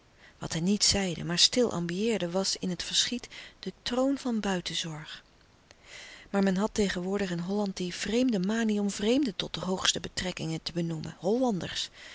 wat hij niet zeide maar stil ambieerde was in het verschiet de troon van buitenzorg maar men had tegenwoordig in holland die vreemde manie om vreemden tot de hoogste betrekkingen te benoemen hollanders